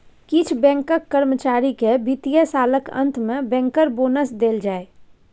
किछ बैंक कर्मचारी केँ बित्तीय सालक अंत मे बैंकर बोनस देल जाइ